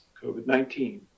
COVID-19